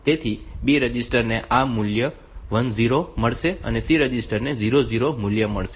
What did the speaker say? તેથી B register ને આ 10 મૂલ્ય મળશે અને C રજિસ્ટર ને 00 મૂલ્ય મળશે